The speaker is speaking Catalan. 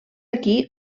aquí